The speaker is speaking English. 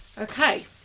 Okay